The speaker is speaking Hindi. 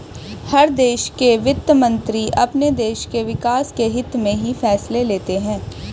हर देश के वित्त मंत्री अपने देश के विकास के हित्त में ही फैसले लेते हैं